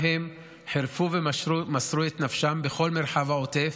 חירפו ומסרו את נפשם בכל מרחב העוטף,